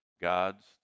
God's